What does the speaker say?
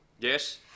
Yes